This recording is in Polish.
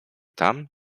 tam